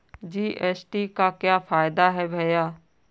GST का क्या फायदा है भैया?